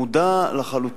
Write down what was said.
אני מודע לחלוטין,